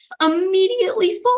Immediately